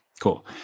cool